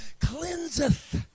cleanseth